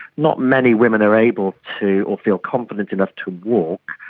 not many women are able to or feel confident enough to walk,